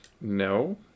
No